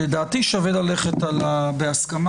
לדעתי שווה ללכת על ה"בהסכמה",